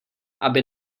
aby